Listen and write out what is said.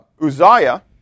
Uzziah